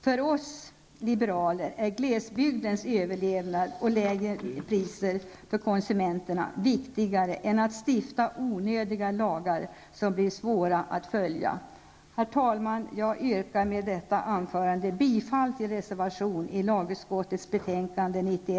För oss liberaler är glesbygdens överlevnad och lägre priser för konsumenterna viktigare än att stifta onödiga lagar som blir svåra att följa. Herr talman! Jag yrkar med detta anförande bifall till reservation 1 i lagutskottets betänkande